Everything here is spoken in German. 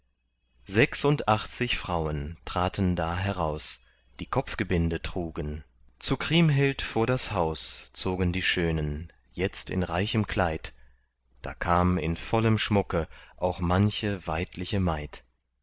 sechsundachtzig frauen traten da heraus die kopfgebinde trugen zu kriemhild vor das haus zogen die schönen jetzt in reichem kleid da kam in vollem schmucke auch manche weidliche maid